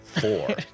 Four